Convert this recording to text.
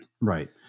Right